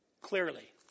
clearly